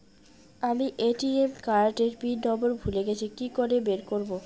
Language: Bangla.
আমি এ.টি.এম কার্ড এর পিন নম্বর ভুলে গেছি কি করে বের করব?